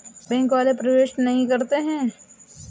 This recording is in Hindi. बैंक वाले प्रवेश नहीं करते हैं?